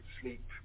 sleep